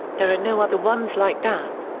there are no other ones like that.